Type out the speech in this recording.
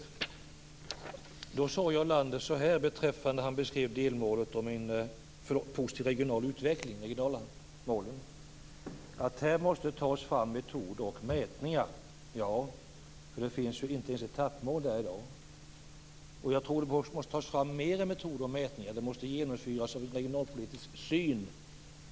Han sade, beträffande en positiv regional utveckling och regionala mål, att det måste tas fram metoder och mätningar. Det finns ju inte ens etappmål i dag. Jag tror att det måste tas fram fler metoder och mätningar, och de måste genomsyras av en regionalpolitisk syn.